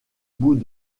bout